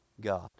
God